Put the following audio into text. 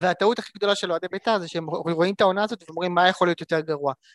והטעות הכי גדולה של אוהדי בית"ר זה שהם רואים את העונה הזאת ואומרים מה יכול להיות יותר גרוע